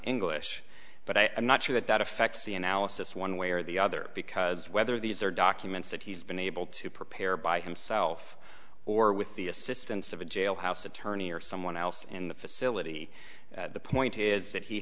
english but i'm not sure that that affects the analysis one way or the other because whether these are documents that he's been able to prepare by himself or with the assistance of a jailhouse attorney or someone else in the facility the point is that he